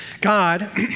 God